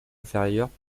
inférieures